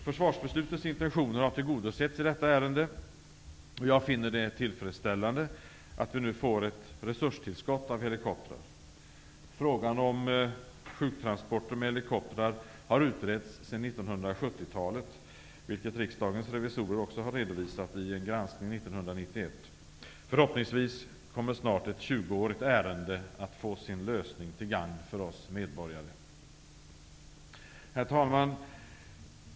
Försvarsbeslutets intentioner har tillgodosetts i detta ärende, och jag finner det tillfredsställande att vi nu får ett resurstillskott av helikoptrar. Frågan om sjuktransporter med helikoptrar har utretts sedan 1970-talet, vilket Riksdagens revisorer också har redovisat i en granskning 1991. Förhoppningsvis kommer snart ett tjugoårigt ärende att få sin lösning, till gagn för oss medborgare. Herr talman!